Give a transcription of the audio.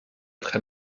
très